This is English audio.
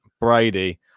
Brady